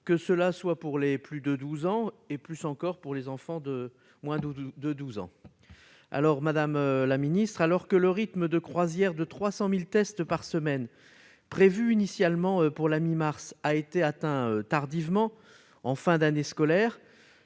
du vaccin, pour les plus de 12 ans et plus encore pour les enfants au-dessous de cet âge. Alors que le rythme de croisière de 300 000 tests par semaine, prévu initialement pour la mi-mars, a été atteint tardivement en fin d'année scolaire,